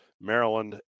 Maryland